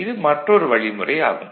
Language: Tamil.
இது மற்றொரு வழிமுறை ஆகும்